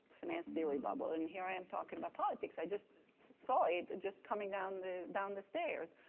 finance theory bubble and here i am talking about politics. i just saw it. just coming down the down the stairs,